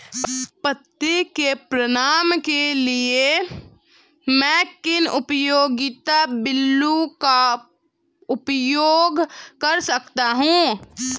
पते के प्रमाण के लिए मैं किन उपयोगिता बिलों का उपयोग कर सकता हूँ?